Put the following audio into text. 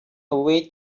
away